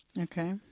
Okay